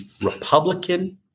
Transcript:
Republican